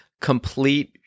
complete